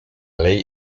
ley